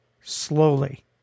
slowly